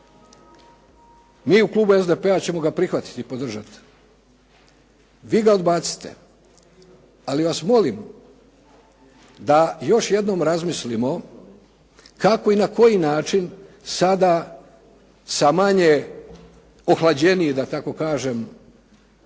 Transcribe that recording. Mi u klubu SDP-a ćemo ga prihvatit i podržat. Vi ga odbacite. Ali vas molim da još jednom razmislimo kako i na koji način sada sa manje ohlađeniji, da tako kažem,